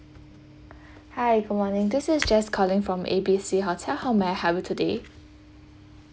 hi good morning this is jess calling from A B C hotel how may I help you today